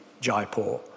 Jaipur